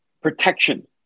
protection